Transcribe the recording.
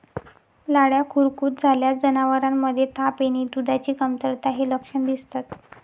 लाळ्या खुरकूत झाल्यास जनावरांमध्ये ताप येणे, दुधाची कमतरता हे लक्षण दिसतात